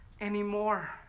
anymore